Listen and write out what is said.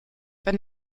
wenn